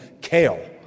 kale